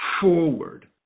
forward